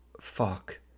fuck